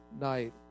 night